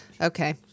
Okay